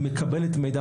היא מקבלת מידע.